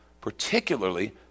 Particularly